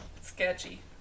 sketchy